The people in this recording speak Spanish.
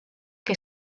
que